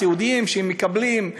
סיעודיים שמקבלים,